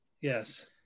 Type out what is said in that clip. Yes